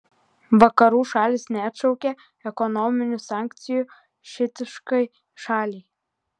vakarų šalys neatšaukė ekonominių sankcijų šiitiškai šaliai